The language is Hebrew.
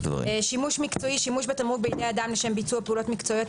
"שימוש מקצועי" שימוש בתמרוק בידי אדם לשם ביצוע פעולות מקצועיות,